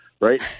right